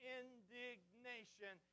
indignation